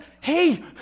hey